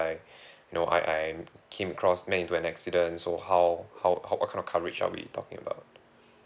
you know I I came across met into an accident so how how how what kind of coverage are we talking about